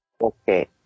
Okay